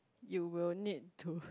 you will need to